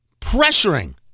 pressuring